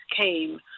came